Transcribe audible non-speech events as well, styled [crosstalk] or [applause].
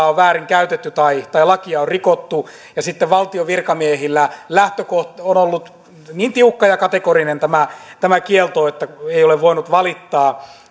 [unintelligible] on väärinkäytetty tai tai lakia on rikottu ja sitten valtion virkamiehillä on ollut niin tiukka ja kategorinen tämä tämä kielto että ei ole voinut valittaa [unintelligible]